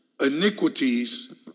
Iniquities